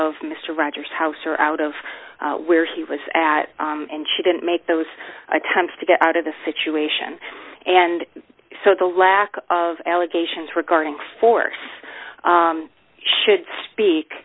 of mr rogers house or out of where he was at and she didn't make those attempts to get out of the situation and so the lack of allegations regarding force should speak